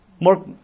More